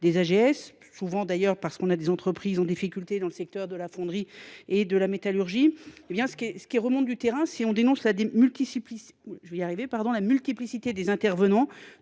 des AGS, souvent d'ailleurs parce qu'on a des entreprises en difficulté dans le secteur de la fonderie et de la métallurgie, ce qui remonte du terrain, c'est qu'on dénonce pardon, la multiplicité des intervenants,